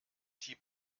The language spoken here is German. die